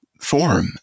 form